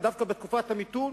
דווקא בתקופת המיתון,